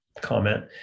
comment